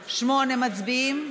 8, מצביעים?